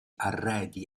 arredi